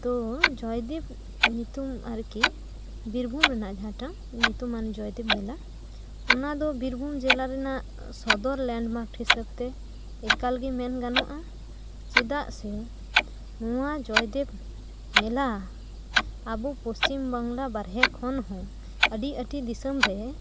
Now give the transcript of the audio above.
ᱛᱳ ᱡᱚᱭᱫᱮᱵ ᱧᱩᱛᱩᱢ ᱟᱨᱠᱤ ᱵᱤᱨᱵᱷᱩᱢ ᱨᱮᱱᱟᱜ ᱡᱟᱦᱟᱴᱟᱜ ᱧᱩᱛᱩᱢᱟᱱ ᱡᱚᱭᱫᱮᱵ ᱢᱮᱞᱟ ᱚᱱᱟ ᱫᱚ ᱵᱤᱨᱵᱷᱩᱢ ᱡᱮᱞᱟ ᱨᱮᱱᱟᱜ ᱥᱚᱫᱚᱨ ᱞᱮᱱᱰ ᱢᱟᱨᱠ ᱦᱤᱥᱟᱹᱵ ᱛᱮ ᱮᱠᱟᱞ ᱜᱮ ᱢᱮᱱ ᱜᱟᱱᱚᱜᱼᱟ ᱪᱮᱫᱟᱜ ᱥᱮ ᱱᱚᱣᱟ ᱡᱚᱭᱫᱮᱵ ᱢᱮᱞᱟ ᱟᱵᱚ ᱯᱚᱥᱪᱤᱢᱵᱟᱝᱞᱟ ᱵᱟᱨᱦᱮ ᱠᱷᱚᱱ ᱦᱚᱸ ᱟᱹᱰᱤ ᱟᱹᱰᱤ ᱫᱤᱥᱚᱢ ᱨᱮ